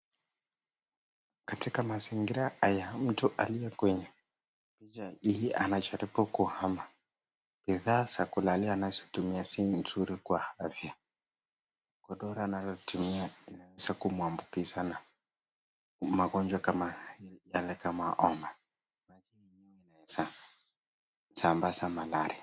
Katika mazingira haya, mtu aliye kwenye picha hii anajaribu kuhama, bidhaa za kulalia anazotumia si nzuri kwa afya. Godoro analotumia inaweza kumuambukiza na magonjwa kama, yale kama homa, maji hii inaweza sambaza malaria.